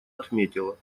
отметила